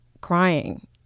crying